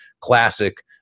classic